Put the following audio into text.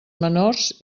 menors